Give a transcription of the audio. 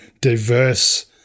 diverse